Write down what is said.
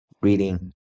reading